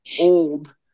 old